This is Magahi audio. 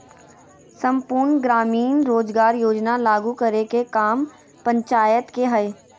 सम्पूर्ण ग्रामीण रोजगार योजना लागू करे के काम पंचायत के हय